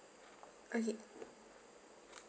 okay